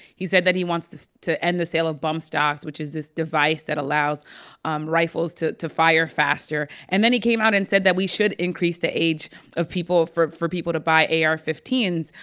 he said that he wants to to end the sale of bump stocks, which is this device that allows um rifles to to fire faster. and then he came out and said that we should increase the age of people for for people to buy ar fifteen s,